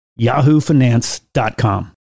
yahoofinance.com